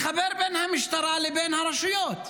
מחבר בין המשטרה לבין הרשויות.